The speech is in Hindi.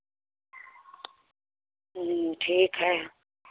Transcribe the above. ठीक है